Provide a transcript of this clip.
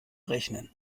rechnen